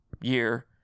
year